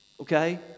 Okay